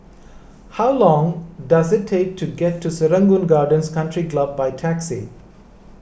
how long does it take to get to Serangoon Gardens Country Club by taxi